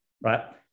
Right